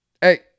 hey